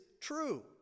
true